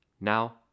Now